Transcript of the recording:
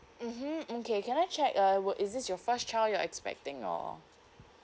mmhmm okay can I check uh will is it your first child you're expecting or